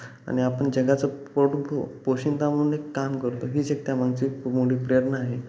आणि आपण जगाचा पोट प पोषिंदा म्हणून एक काम करतो हीच एक त्या मागची खूप मोठी प्रेरणा आहे